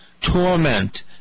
Torment